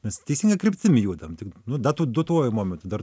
mes teisinga kryptim judam tik nu dat dotuoju momentu dar